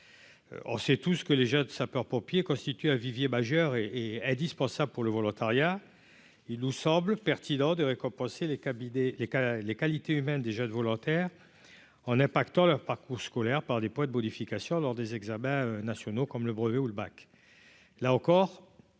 on sait tous ce que les jeunes sapeurs-pompiers constituent un vivier majeur et indispensable pour le volontariat, il nous semble pertinent de récompenser les cabinets, les cas les qualités humaines des jeunes volontaires en n'impactant leur parcours scolaire par des points de bonification lors des examens nationaux comme le brevet ou le bac,